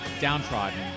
downtrodden